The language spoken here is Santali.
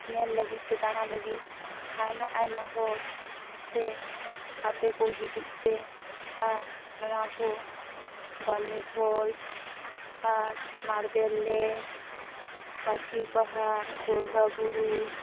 ᱧᱮᱞ ᱞᱟᱹᱜᱤᱫ ᱥᱮ ᱫᱟᱬᱟ ᱞᱟᱹᱜᱤᱫ ᱟᱭᱢᱟ ᱟᱭᱢᱟ ᱦᱚᱲ ᱥᱮ ᱟᱯᱮᱠᱚ ᱦᱤᱡᱩᱜᱯᱮ ᱟᱨ ᱱᱚᱣᱟᱠᱚ ᱵᱟᱢᱱᱤ ᱯᱷᱚᱞᱥ ᱟᱨ ᱢᱟᱨᱵᱮᱞ ᱞᱮᱠ ᱯᱟᱠᱷᱤ ᱯᱟᱦᱟᱲ ᱜᱳᱨᱜᱟᱵᱩᱨᱩ